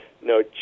no